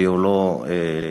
כי הוא לא לעניין,